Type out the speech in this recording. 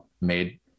Made